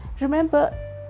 Remember